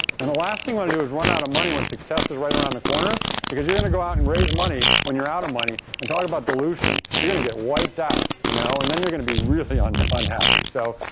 and the last thing you want to do is run out of money when success is right around the corner because you're going to go out and raise money when you're out of money and talk about dilution, you're going to get wiped out. you know and then you're going to be really unhappy. so,